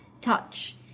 touch